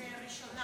ראשונה